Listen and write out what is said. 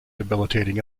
debilitating